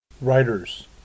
Writers